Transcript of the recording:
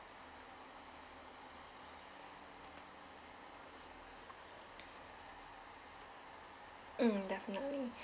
mm definitely